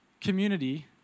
community